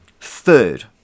third